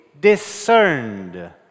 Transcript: discerned